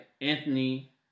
Anthony